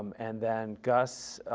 and then, gus,